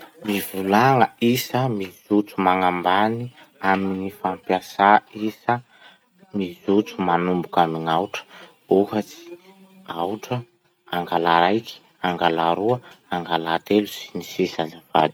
Mivolagna isa mijotso magnambany amy gny fampiasà isa mijotso manomobky amy gn'aotra. Ohatsy: aotra, angala raiky, angala roa, angala telo, sy ny sisa azafady.